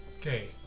Okay